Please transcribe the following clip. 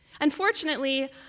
Unfortunately